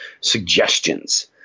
suggestions